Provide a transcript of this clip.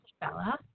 Bella